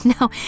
No